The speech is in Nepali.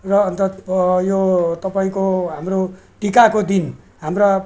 र अन्त यो तपाईँको हाम्रो टिकाको दिन हाम्रा